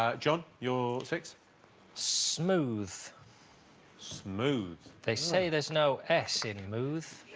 ah john your six smooth smooth they say there's no s in muth